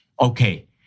okay